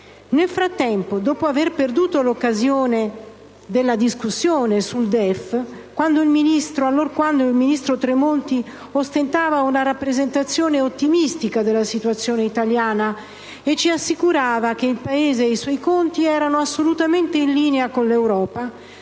Nel frattempo, dopo aver perduto l'occasione della discussione sul DEF, allorquando il ministro Tremonti ostentava una rappresentazione ottimistica della situazione italiana e ci assicurava che il Paese e i suoi conti erano assolutamente in linea con l'Europa,